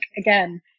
again